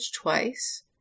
twice